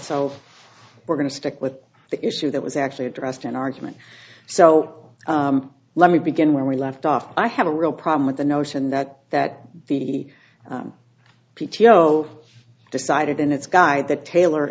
so we're going to stick with the issue that was actually addressed in argument so let me begin where we left off i have a real problem with the notion that that the p t o decided in its guy the tailor